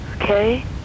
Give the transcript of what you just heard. okay